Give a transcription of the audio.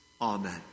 Amen